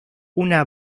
una